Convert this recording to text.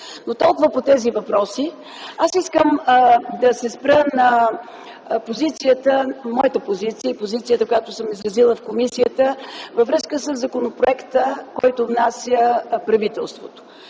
но толкова по тези въпроси. Аз искам да спомена моята позиция, която съм изразила в комисията във връзка със законопроекта, който е внесен от правителството.